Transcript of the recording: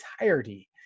entirety